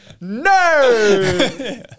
no